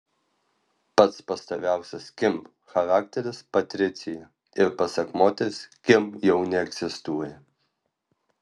pats pastoviausias kim charakteris patricija ir pasak moters kim jau neegzistuoja